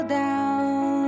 down